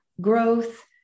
growth